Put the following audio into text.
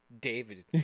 David